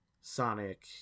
Sonic